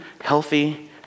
healthy